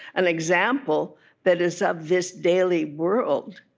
an example that is of this daily world.